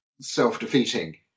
self-defeating